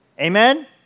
Amen